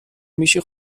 میشی